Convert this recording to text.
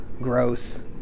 gross